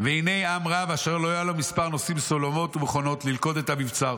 והינה עם רב אשר לא היה לו מספר נושאים סולמות ומכונות ללכוד את המבצר,